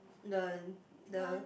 the the